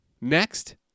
Next